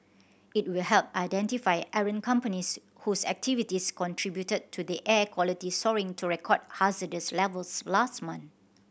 it will help identify errant companies whose activities contributed to the air quality soaring to record hazardous levels last month